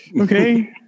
okay